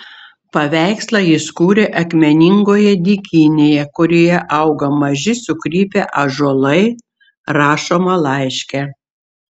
paveikslą jis kūrė akmeningoje dykynėje kurioje auga maži sukrypę ąžuolai rašoma laiške